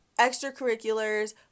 extracurriculars